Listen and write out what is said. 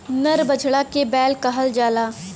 नर बछड़ा के बैल कहल जाला